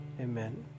Amen